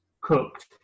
cooked